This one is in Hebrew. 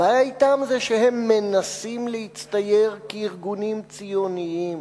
הבעיה אתם זה שהם מנסים להצטייר כארגונים ציוניים,